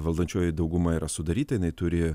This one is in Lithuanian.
valdančioji dauguma yra sudaryta jinai turi